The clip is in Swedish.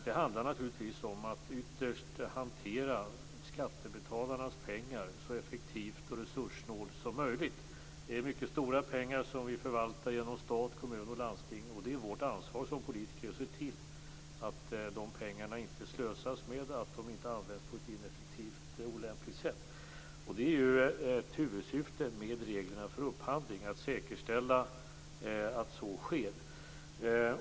Det handlar naturligtvis om att ytterst hantera skattebetalarnas pengar så effektivt och resurssnålt som möjligt. Det är mycket stora pengar som vi förvaltar genom stat, kommun och landsting, och det är ett ansvar för oss politiker att se till att det inte slösas med de pengarna, att de inte används på ett ineffektivt och olämpligt sätt. Ett huvudsyfte med reglerna för upphandling är just att säkerställa att så sker.